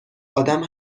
آدم